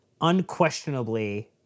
unquestionably